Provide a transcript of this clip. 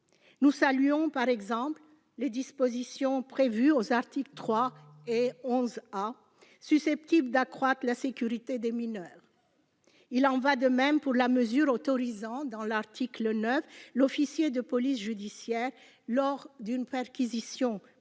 Nous saluons, par exemple, les dispositions prévues aux articles 3 et 11 A, susceptibles d'accroître la sécurité des mineurs. Il en va de même de la mesure autorisant, à l'article 9, l'officier de police judiciaire à saisir, lors d'une perquisition